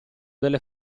delle